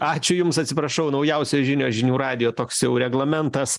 ačiū jums atsiprašau naujausios žinios žinių radijo toks jau reglamentas